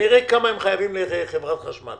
ונראה כמה הם חייבים לחברת החשמל